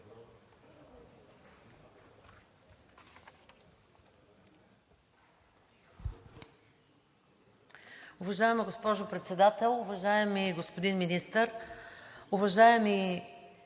Уважаема госпожо Председател, уважаеми господин Министър, уважаеми